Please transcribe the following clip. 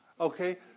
okay